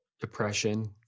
depression